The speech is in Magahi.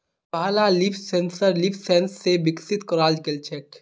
पहला लीफ सेंसर लीफसेंस स विकसित कराल गेल छेक